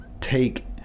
take